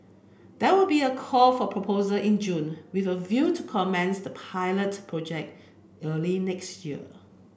there will be a call for proposal in June with a view to commence the pilot project early next year